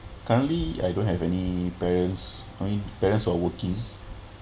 currently I don't have any parents I mean parents are working